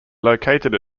located